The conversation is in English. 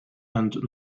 and